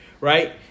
right